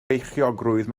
beichiogrwydd